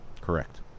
Correct